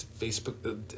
Facebook